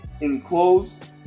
Enclosed